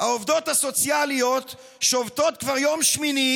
העובדות הסוציאליות שובתות כבר יום שמיני